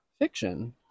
Fiction